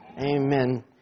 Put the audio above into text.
Amen